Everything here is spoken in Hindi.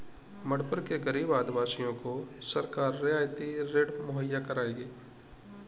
मणिपुर के गरीब आदिवासियों को सरकार रियायती ऋण मुहैया करवाएगी